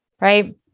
right